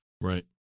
Right